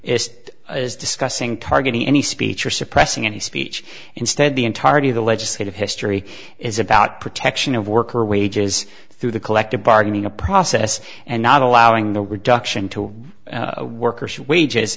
is as discussing targeting any speech or suppressing any speech instead the entirety of the legislative history is about protection of worker wages through the collective bargaining a process and not allowing the reduction to workers wages